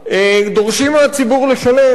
דורשים מהציבור לשלם.